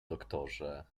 doktorze